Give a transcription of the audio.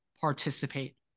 participate